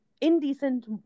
indecent